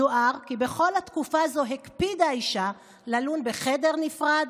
יוער כי בכל התקופה הזו הקפידה האישה ללון בחדר נפרד